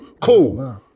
cool